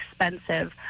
expensive